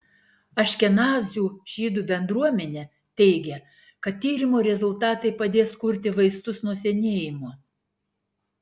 aškenazių žydų bendruomenę teigia kad tyrimo rezultatai padės kurti vaistus nuo senėjimo